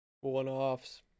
one-offs